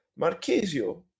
Marchesio